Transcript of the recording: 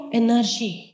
energy